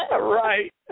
Right